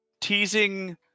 Teasing